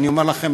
אני אומר לכם,